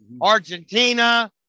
argentina